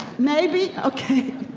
maybe? okay.